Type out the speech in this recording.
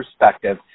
perspective